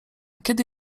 kiedy